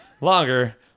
longer